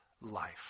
life